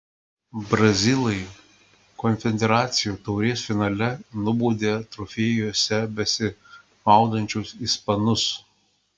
brazilai konfederacijų taurės finale nubaudė trofėjuose besimaudančius ispanus